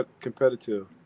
competitive